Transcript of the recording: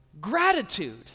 gratitude